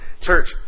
church